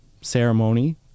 ceremony